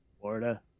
Florida